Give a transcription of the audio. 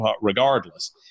regardless